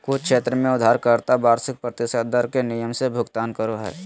कुछ क्षेत्र में उधारकर्ता वार्षिक प्रतिशत दर के नियम से भुगतान करो हय